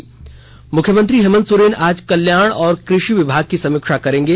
न् मुख्यमंत्री हेमंत सोरेन आज कल्याण और कृषि विभाग की समीक्षा करेंगे